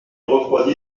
refroidit